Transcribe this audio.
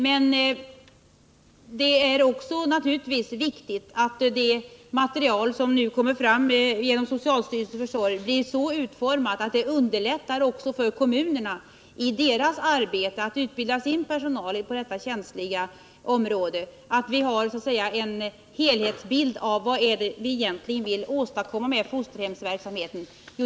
Men det är naturligtvis också viktigt att det material som nu kommer fram genom socialstyrelsens försorg blir så utformat, att det underlättar kommunernas arbete med att utbilda sin personal på detta känsliga område, och att vi har en helhetsbild av vad det egentligen är som vi vill åstadkomma med fosterhem.